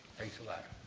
thanks a lot.